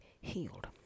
healed